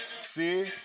See